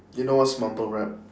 you know what's mumble rap